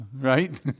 right